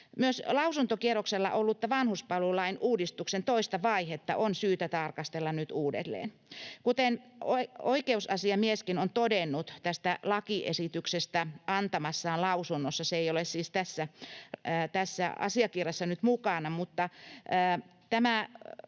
Myös lausuntokierroksella ollutta vanhuspalvelulain uudistuksen toista vaihetta on syytä tarkastella nyt uudelleen. Kuten oikeusasiamieskin on todennut tästä lakiesityksestä antamassaan lausunnossa — se ei ole siis tässä asiakirjassa nyt mukana — tämä